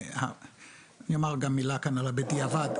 אומר גם כאן על ה"בדיעבד",